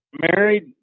married